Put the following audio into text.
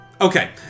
okay